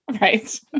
Right